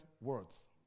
words